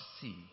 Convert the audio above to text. see